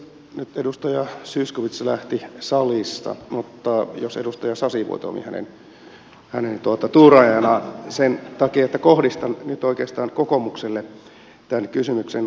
nyt edustaja zyskowicz lähti salista mutta jos edustaja sasi voi toimia hänen tuuraajanaan sen takia että kohdistan nyt oikeastaan kokoomukselle tämän kysymyksen